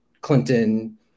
Clinton